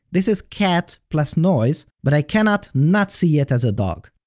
this is cat plus noise, but i cannot not see it as a dog.